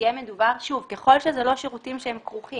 אם זה לא שירותים שהם כרוכים,